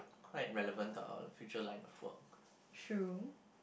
quite relevant to our future line of work